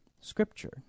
scripture